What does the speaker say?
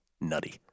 nutty